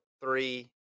three